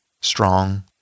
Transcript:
strong